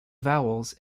vowels